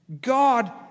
God